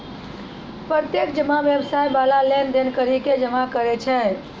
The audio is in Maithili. प्रत्यक्ष जमा व्यवसाय बाला लेन देन करि के जमा करै छै